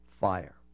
fire